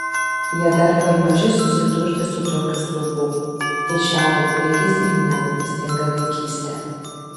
jie dar per maži susidurti su tokiu siaubu ir šiąnakt baigiasi jų nerūpestinga vaikystė